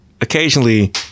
occasionally